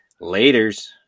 Laters